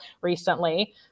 recently